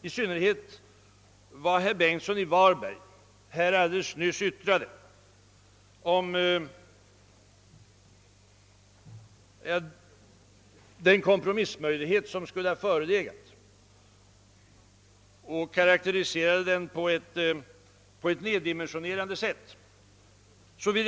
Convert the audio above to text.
I synnerhet efter vad herr Bengtsson i Varberg alldeles nyss yttrade om den kompromissmöjlighet som skulle ha förelegat och som han karakteriserade på ett neddimensionerande sätt vill.